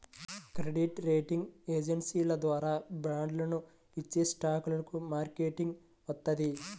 credit rating ఏజెన్సీల ద్వారా బాండ్లను ఇచ్చేస్టాక్లకు మంచిరేటింగ్ వత్తది